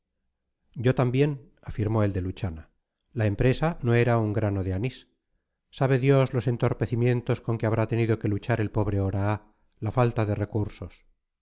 yo también afirmó el de luchana la empresa no era un grano de anís sabe dios los entorpecimientos con que habrá tenido que luchar el pobre oraa la falta de recursos